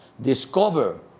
Discover